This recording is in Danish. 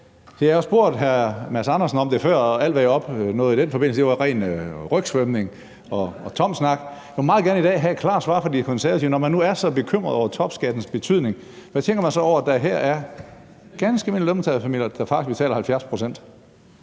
Jeg har spurgt hr. Mads Andersen om det før, og alt, hvad jeg i den forbindelse opnåede at se, var ren rygsvømning og tom snak. Jeg vil meget gerne i dag have et klart svar fra De Konservative. Når man nu er så bekymret over topskattens betydning, hvad tænker man så om, at der her er ganske almindelige lønmodtagerfamilier, som jeg mener faktisk betaler 70 pct.?